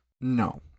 No